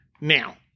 Now